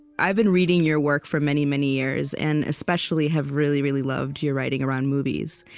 i've been reading your work for many, many years, and especially, have really, really loved your writing around movies.